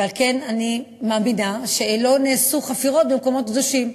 ועל כן אני מאמינה שלא נעשו חפירות במקומות קדושים.